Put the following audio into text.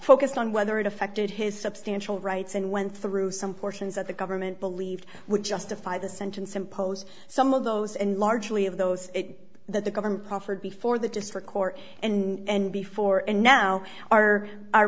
focused on whether it affected his substantial rights and went through some portions that the government believes would justify the sentence impose some of those and largely of those it that the government proffered before the district court and before and now are